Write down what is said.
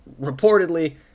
reportedly